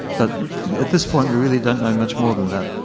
but at this point we really don't know much more than that.